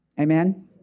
Amen